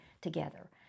together